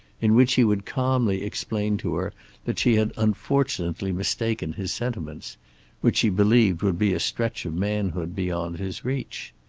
in which he would calmly explain to her that she had unfortunately mistaken his sentiments which she believed would be a stretch of manhood beyond his reach.